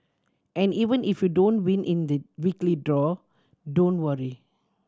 and even if you don't win in the weekly draw don't worry